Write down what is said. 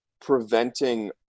preventing